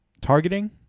targeting